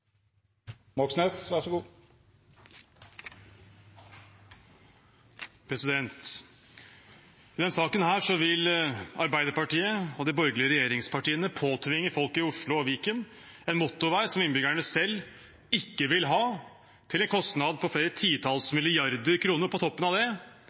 I denne saken vil Arbeiderpartiet og de borgerlige regjeringspartiene påtvinge folk i Oslo og Viken en motorvei som innbyggerne selv ikke vil ha, til en kostnad av flere titalls milliarder kroner på toppen av det